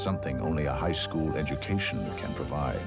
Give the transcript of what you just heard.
something only a high school education can provide